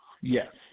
Yes